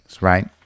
Right